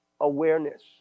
awareness